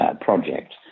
project